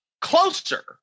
closer